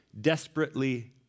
desperately